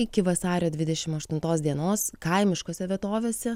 iki vasario dvidešimt aštuntos dienos kaimiškose vietovėse